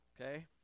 okay